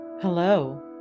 Hello